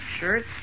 Shirts